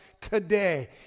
today